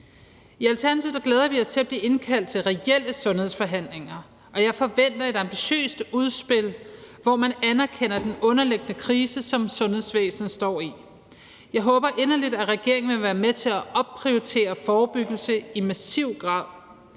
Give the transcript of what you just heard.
I Alternativet glæder vi os til at blive indkaldt til reelle sundhedsforhandlinger, og jeg forventer et ambitiøst udspil, hvor man anerkender den underliggende krise, som sundhedsvæsenet står i. Jeg håber inderligt, at regeringen vil være med til at opprioritere forebyggelse i massiv grad,